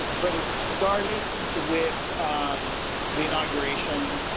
but it started with um the inauguration,